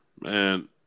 Man